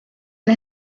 and